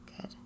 Good